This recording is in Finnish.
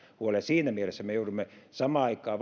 siinä mielessä me joudumme valmisteluprosessissa samaan aikaan